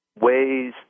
ways